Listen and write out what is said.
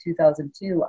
2002